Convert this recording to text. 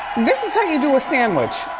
this is how you do a sandwich.